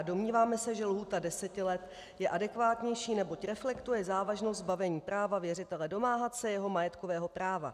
Domníváme se, že lhůta deseti let je adekvátnější, neboť reflektuje závažnost zbavení práva věřitele domáhat se jeho majetkového práva.